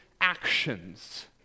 actions